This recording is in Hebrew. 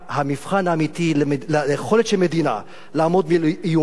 המבחן האמיתי ליכולת של מדינה לעמוד מול איומים